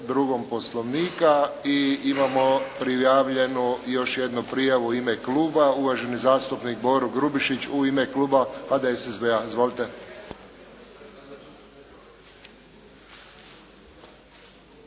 2. Poslovnika. I imamo prijavljenu još jednu prijavu u ime kluba, uvaženi zastupnik Boro Grubišić u ime Kluba HDSSB-a Izvolite.